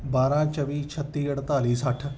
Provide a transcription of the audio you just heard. ਬਾਰਾਂ ਚੌਵੀ ਛੱਤੀ ਅਠਤਾਲੀ ਸੱਠ